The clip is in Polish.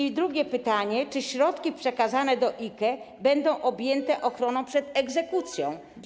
I drugie pytanie: Czy środki przekazane do IKE będą objęte ochroną przed egzekucją?